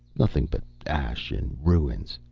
nothing but ash and ruins.